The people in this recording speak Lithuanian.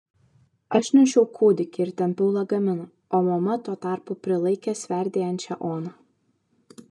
aš nešiau kūdikį ir tempiau lagaminą o mama tuo tarpu prilaikė sverdėjančią oną